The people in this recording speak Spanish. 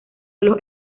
los